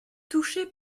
touché